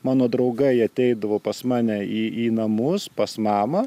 mano draugai ateidavo pas mane į į namus pas mamą